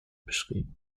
beschrieben